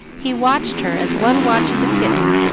he watched her as one watches a kitten,